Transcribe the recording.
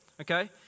Okay